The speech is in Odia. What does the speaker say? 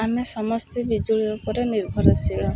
ଆମେ ସମସ୍ତେ ବିଜୁଳି ଉପରେ ନିର୍ଭରଶୀଳ